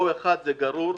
O1 זה גרור,